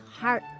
heart